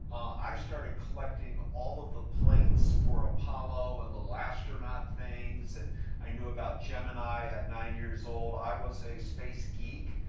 i started collecting all of the plates for apollo and little astronaut things. and i knew about gemini at nine years old. i was a space geek.